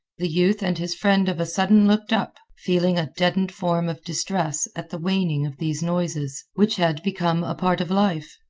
the youth and his friend of a sudden looked up, feeling a deadened form of distress at the waning of these noises, which had become a part of life.